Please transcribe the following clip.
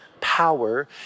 power